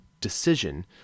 decision